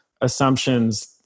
assumptions